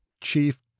chief